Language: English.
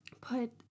put